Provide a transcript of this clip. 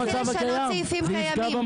לא להתחיל לשנות סעיפים קיימים.